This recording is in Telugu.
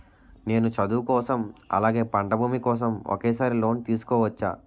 నేను చదువు కోసం అలాగే పంట భూమి కోసం ఒకేసారి లోన్ తీసుకోవచ్చా?